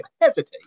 hesitate